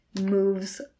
moves